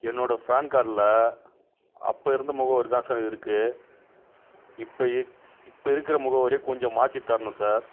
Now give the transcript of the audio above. என்னோடய ஃபேன் கார்ட்டில் அப்போ இருந்த முகவரி தான் சார் இருக்குது இப்போ இருக் இப்போ இருக்கிற முகவரியை கொஞ்சம் மாற்றித் தரணும் சார்